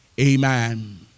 amen